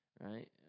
right